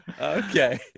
okay